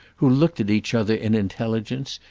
who looked at each other in intelligence,